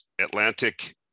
Atlantic